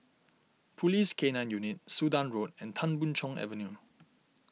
Police K nine Unit Sudan Road and Tan Boon Chong Avenue